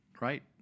Right